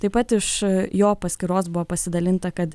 taip pat iš jo paskyros buvo pasidalinta kad